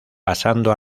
pasando